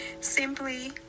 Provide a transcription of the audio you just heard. Simply